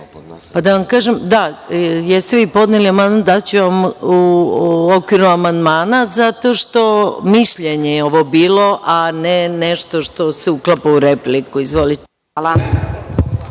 vam kažem, da, jeste vi podneli amandman, daću vam u okviru amandmana zato što mišljenje je ovo bilo, a ne nešto što se uklapa u repliku. Izvolite.